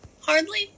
hardly